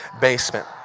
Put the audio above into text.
basement